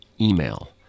email